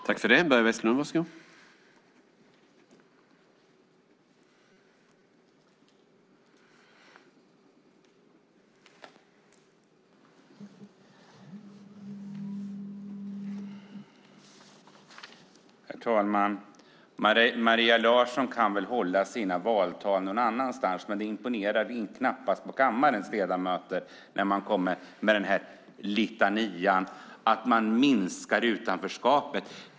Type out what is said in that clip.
Herr talman! Maria Larsson kan väl hålla sina valtal någon annanstans, för det imponerar knappast på kammarens ledamöter när hon kommer med den här litanian om att man minskar utanförskapet.